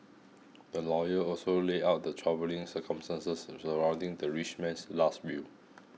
the lawyer also laid out the troubling circumstances surrounding the rich man's last will